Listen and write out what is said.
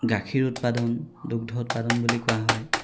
গাখীৰ উৎপাদন দুগ্ধ উৎপাদন বুলি কোৱা হয়